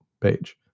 page